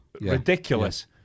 ridiculous